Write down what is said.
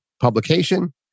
publication